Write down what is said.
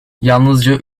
yalnızca